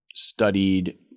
Studied